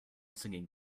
singing